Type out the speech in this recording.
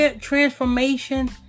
transformation